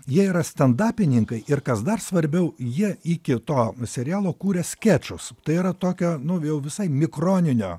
jie yra stendapininkai ir kas dar svarbiau jie iki to serialo kūrė skečus tai yra tokio nu jau visai mikroninio